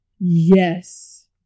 yes